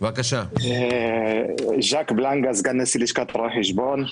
אני סגן נשיא לשכת רואי החשבון,